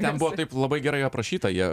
ten buvo taip labai gerai aprašyta jie